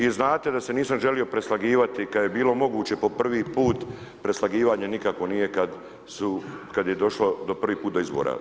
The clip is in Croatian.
I znate da se nisam želio preslagivati kada je bilo moguće po prvi put preslagivanje nikakvo nije kad su, kad je došlo prvi put do izbora.